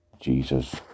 Jesus